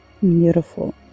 beautiful